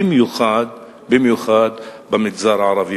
במיוחד במגזר הערבי.